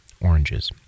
oranges